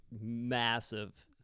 massive